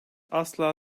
asla